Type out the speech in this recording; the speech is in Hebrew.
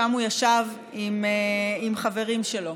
שם הוא ישב עם החברים שלו.